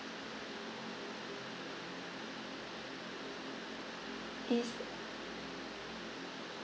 is